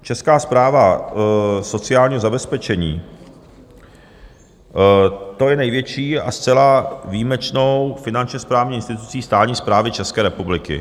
Česká správa sociálního zabezpečení, je největší a zcela výjimečnou finančně správní institucí státní správy České republiky.